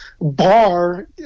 bar